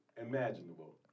imaginable